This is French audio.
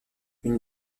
une